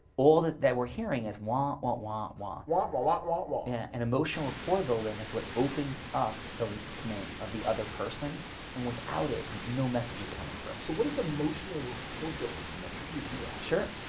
all that that we're hearing is wah, wah, wah. wah, wah, wah, wah, wah. yeah. an emotional rapport building is what opens up the so name of the other person and without it, no message is coming for us. so, what is emotional rapport building? and like how do you do that? sure.